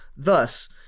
Thus